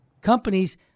companies